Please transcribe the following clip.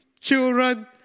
children